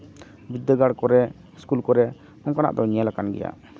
ᱵᱤᱫᱽᱫᱟᱹᱜᱟᱲ ᱠᱚᱨᱮᱫ ᱤᱥᱠᱩᱞ ᱠᱚᱨᱮ ᱚᱱᱠᱟᱱᱟᱜ ᱫᱚ ᱧᱮᱞ ᱟᱠᱟᱱ ᱜᱮᱭᱟ